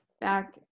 Back